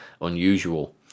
unusual